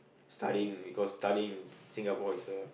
studying because studying in Singapore is uh